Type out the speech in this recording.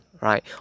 right